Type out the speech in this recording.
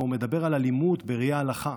שבו הוא מדבר על אלימות בראי ההלכה.